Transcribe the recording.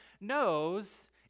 knows